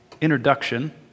introduction